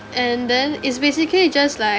and then it's basically just like